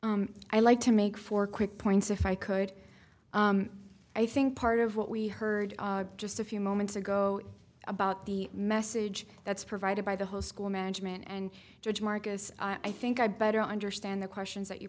i like to make four quick points if i could i think part of what we heard just a few moments ago about the message that's provided by the whole school management and judge marcus i think i better understand the questions that you